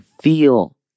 feel